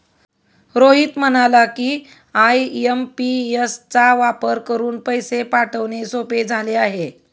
रोहित म्हणाला की, आय.एम.पी.एस चा वापर करून पैसे पाठवणे सोपे झाले आहे